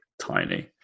tiny